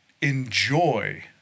enjoy